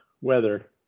weather